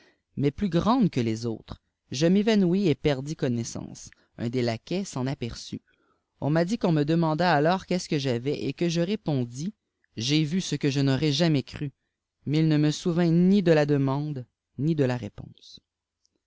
mais plus grande que les autres je m'évanouis et perdis connaissance un des laquais s'en aperçut on m'a dit m on me demanda alors qu'est-ce que j'avais et que je répondis fai vu ce que je n'aurais jamais cru mais il ne me souvient ni de ht demande ni de la réponse